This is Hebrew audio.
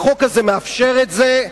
החוק הזה מאפשר את זה.